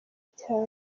cyane